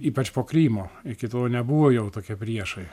ypač po krymo iki tol nebuvo jau tokie priešai